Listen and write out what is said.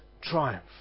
triumph